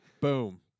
Boom